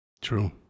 True